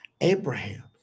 Abraham